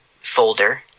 folder